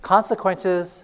Consequences